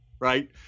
right